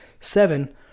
Seven